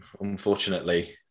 unfortunately